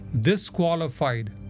disqualified